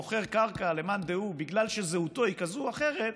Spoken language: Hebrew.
מוכר קרקע למאן דהו בגלל שזהותו היא כזאת או אחרת,